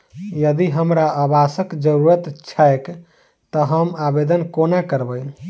यदि हमरा आवासक जरुरत छैक तऽ हम आवेदन कोना करबै?